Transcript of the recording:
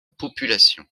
population